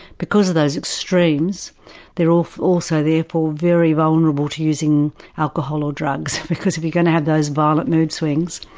because of those extremes they are also therefore very vulnerable to using alcohol or drugs because if you're going to have those violent mood swings,